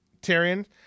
Tyrion